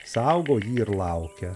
saugo ir laukia